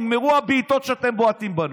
נגמרו הבעיטות שאתם בועטים בנו.